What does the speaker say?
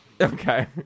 Okay